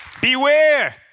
Beware